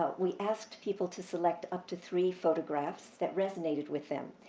but we asked people to select up to three photographs that resonated with them,